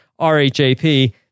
rhap